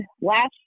last